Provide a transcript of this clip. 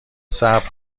صبر